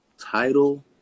Title